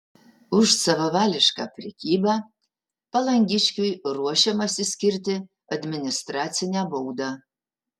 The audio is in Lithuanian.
už savavališką prekybą palangiškiui ruošiamasi skirti administracinę baudą